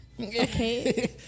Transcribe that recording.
okay